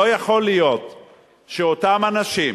לא יכול להיות שאותם אנשים